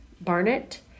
Barnett